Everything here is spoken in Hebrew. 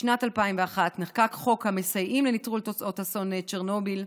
בשנת 2001 נחקק חוק המסייעים לנטרול תוצאות אסון צ'רנוביל.